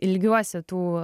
ilgiuosi tų